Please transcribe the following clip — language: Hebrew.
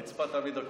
הרצפה תמיד עקומה.